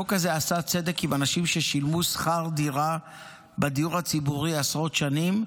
החוק הזה עשה צדק עם אנשים ששילמו שכר דירה בדיור הציבורי עשרות שנים,